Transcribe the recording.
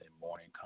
morning